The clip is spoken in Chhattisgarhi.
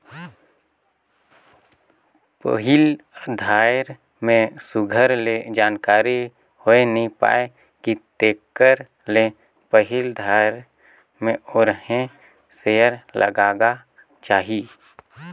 पहिल धाएर में सुग्घर ले जानकारी होए नी पाए कि तेकर ले पहिल धाएर में थोरहें सेयर लगागा चाही